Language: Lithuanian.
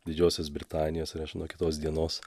didžiosios britanijos ir aš nuo kitos dienos